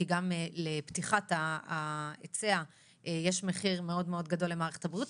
כי גם לפתיחת ההיצע יש מחיר מאוד גדול למערכת הבריאות.